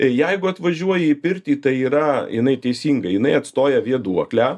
ir jeigu atvažiuoji į pirtį tai yra jinai teisinga jinai atstoja vėduoklę